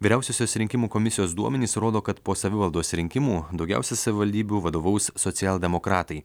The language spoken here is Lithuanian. vyriausiosios rinkimų komisijos duomenys rodo kad po savivaldos rinkimų daugiausia savivaldybių vadovaus socialdemokratai